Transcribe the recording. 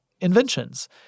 inventions